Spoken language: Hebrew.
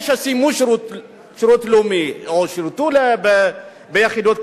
שסיימו שירות לאומי או שירתו ביחידות קרביות,